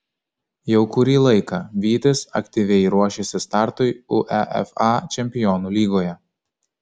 jau kurį laiką vytis aktyviai ruošiasi startui uefa čempionų lygoje